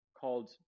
called